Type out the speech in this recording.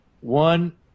One